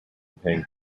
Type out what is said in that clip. paying